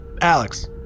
Alex